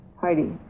Heidi